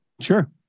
sure